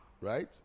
right